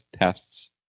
tests